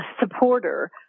supporter